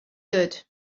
good